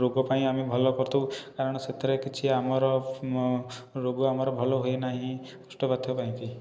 ରୋଗ ପାଇଁ ଆମେ ଭଲ କରିଥାଉ କାରଣ ସେଥିରେ କିଛି ଆମର ରୋଗ ଆମର ଭଲ ହୁଏନାହିଁ କୋଷ୍ଠକାଠ୍ୟ ପାଇଁକି